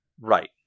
Right